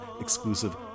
exclusive